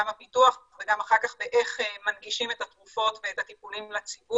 גם הפיתוח וגם אחר כך באיך מנגישים את התרופות והטיפול לציבור,